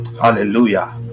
hallelujah